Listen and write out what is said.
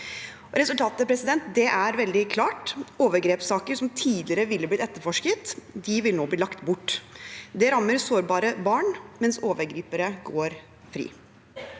Resultatet er veldig klart: Overgrepssaker som tidligere ville blitt etterforsket, vil nå bli lagt bort. Det rammer sårbare barn, mens overgripere går fri.